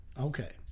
Okay